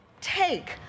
take